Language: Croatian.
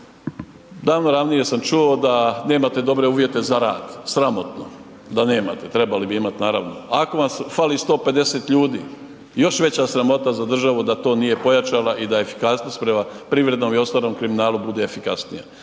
Davno ranije sam čuo da nemate dobre uvjete za rad, sramotno da ne nemate, trebali bi imat, naravno. Fali 1501 ljudi, još veća sramota za državu da to nije pojačala i da efikasnost prema privrednom i ostalom kriminalu bude efikasnija.